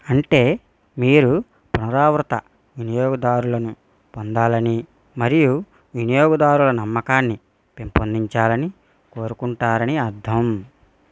అంటే మీరు పునరావృత వినియోగదారులను పొందాలని మరియు వినియోగదారుల నమ్మకాన్ని పెంపొందించాలని కోరుకుంటారని అర్ధం